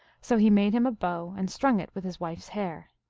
so he made him a bow, and strung it with his wife s hair